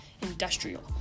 Industrial